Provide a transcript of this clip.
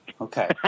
Okay